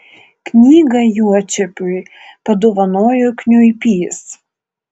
knygą juočepiui padovanojo kniuipys